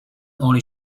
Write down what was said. only